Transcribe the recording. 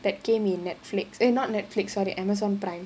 that came in Netflix eh not Netflix sorry Amazon Prime